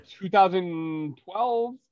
2012